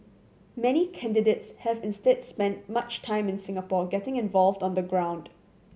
many candidates have instead spent much time in Singapore getting involved on the ground